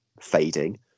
fading